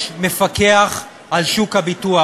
יש מפקח על שוק הביטוח.